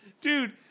Dude